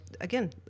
again